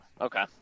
okay